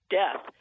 death